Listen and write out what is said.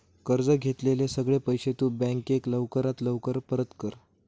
कर्ज घेतलेले सगळे पैशे तु बँकेक लवकरात लवकर परत कर